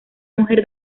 mujer